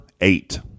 eight